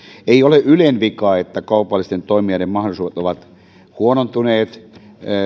ei ole ylen vika että kaupallisten toimijoiden mahdollisuudet ovat huonontuneet